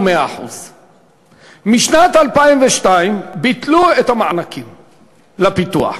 100%. משנת 2002 ביטלו את המענקים לפיתוח.